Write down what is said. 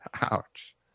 Ouch